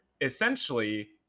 essentially